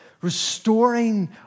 Restoring